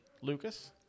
Lucas